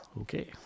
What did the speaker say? okay